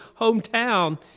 hometown